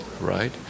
Right